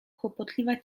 kłopotliwa